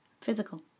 Physical